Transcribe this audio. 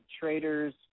traders